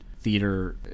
theater